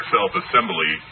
Self-Assembly